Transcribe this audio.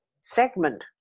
segment